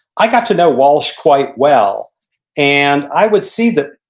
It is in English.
i got to know walsh quite well and i would see that,